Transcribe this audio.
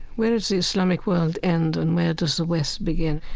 where does the islamic world end and where does the west begin?